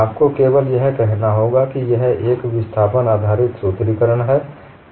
आपको केवल यह कहना होगा कि यह एक विस्थापन आधारित सूत्रीकरण है